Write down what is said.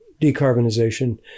decarbonization